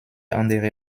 andere